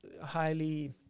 highly